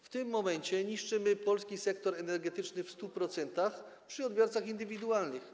W tym momencie niszczymy polski sektor energetyczny w 100%, przy odbiorcach indywidualnych.